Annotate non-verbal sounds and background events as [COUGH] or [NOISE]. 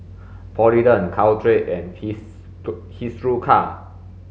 Polident Caltrate and [UNINTELLIGIBLE] Hiruscar